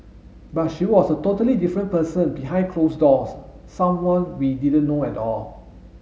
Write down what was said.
but she was a totally different person behind closed doors someone we didn't know at all